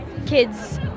kids